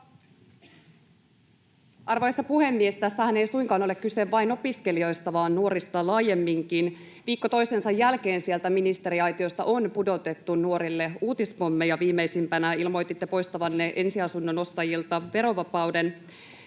Arvoisa puhemies! Tässähän ei suinkaan ole kyse vain opiskelijoista vaan nuorista laajemminkin. Viikko toisensa jälkeen sieltä ministeriaitiosta on pudotettu nuorille uutispommeja. Viimeisimpänä ilmoititte poistavanne ensiasunnon ostajilta verovapauden,